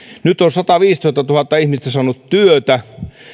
nyt on sataviisitoistatuhatta ihmistä saanut työtä